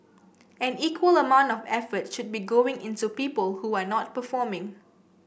an equal amount of effort should be going into people who are not performing